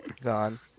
Gone